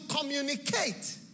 communicate